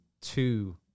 two